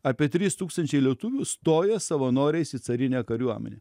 apie trys tūkstančiai lietuvių stoja savanoriais į carinę kariuomenę